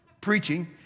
preaching